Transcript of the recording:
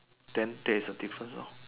then there is a difference loh